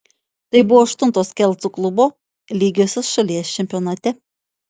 tai buvo aštuntos kelcų klubo lygiosios šalies čempionate